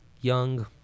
young